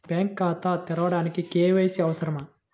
Bank ఖాతా తెరవడానికి KYC అవసరమా?